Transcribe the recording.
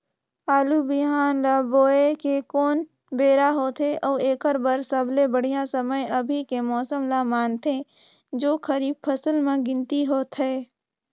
आलू बिहान ल बोये के कोन बेरा होथे अउ एकर बर सबले बढ़िया समय अभी के मौसम ल मानथें जो खरीफ फसल म गिनती होथै?